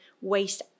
waste